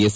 S